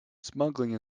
smuggling